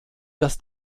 dass